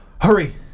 hurry